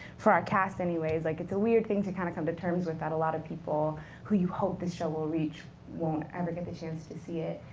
for our cast anyways. like it's a weird thing to kind of come to terms with, that a lot of people who you hope this show will reach won't ever get the chance to see it.